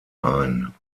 ein